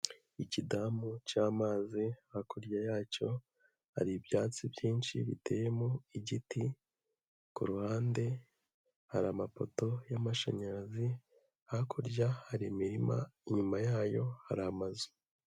Ikidamu cy'amazi, hakurya yacyo hari ibyatsi byinshi biteyemo igiti, ku ruhande hari amapoto y'amashanyarazi, hakurya hari imirima, inyuma yayo hari amazu.